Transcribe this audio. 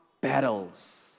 battles